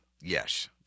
Yes